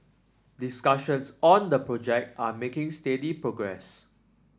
discussions on the project are making steady progress